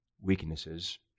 Weaknesses